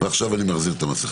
ועכשיו אני מחזיר את המסכה...